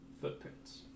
Footprints